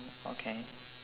okay